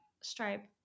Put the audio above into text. stripe